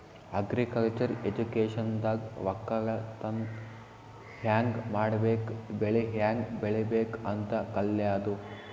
agriculture ಎಜುಕೇಶನ್ದಾಗ್ ವಕ್ಕಲತನ್ ಹ್ಯಾಂಗ್ ಮಾಡ್ಬೇಕ್ ಬೆಳಿ ಹ್ಯಾಂಗ್ ಬೆಳಿಬೇಕ್ ಅಂತ್ ಕಲ್ಯಾದು